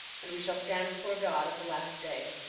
and we shall stand before god at the last day.